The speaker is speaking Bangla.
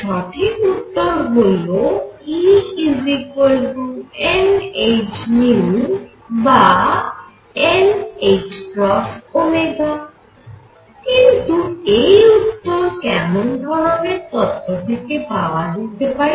সঠিক উত্তর হল Enhν বা nℏω কিন্তু এই উত্তর কেমন ধরনের তত্ত্ব থেকে পাওয়া যেতে পারে